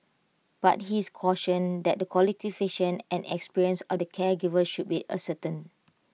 but his caution that the qualifications and experience of the caregivers should be ascertained